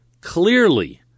clearly